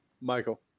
Michael